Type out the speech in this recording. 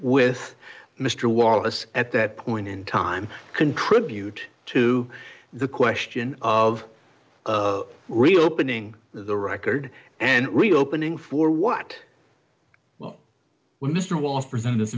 with mr wallace at that point in time contribute to the question of reopening the record and reopening for what well when mr walsh presented